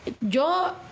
yo